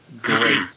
great